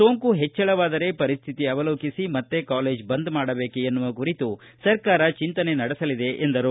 ಸೋಂಕು ಹೆಜ್ವಳವಾದರೆ ಪರಿಸ್ಹಿತಿ ಅವಲೋಕಿಸಿ ಮತ್ತೆ ಕಾಲೇಜು ಬಂದ್ ಮಾಡಬೇಕೆ ಎನ್ನುವ ಕುರಿತು ಸರ್ಕಾರ ಚಿಂತನೆ ನಡೆಸಲಿದೆ ಎಂದರು